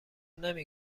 نمی